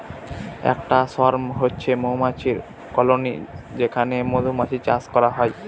একটা সোয়ার্ম হচ্ছে মৌমাছির কলোনি যেখানে মধুমাছির চাষ হয়